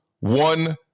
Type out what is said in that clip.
one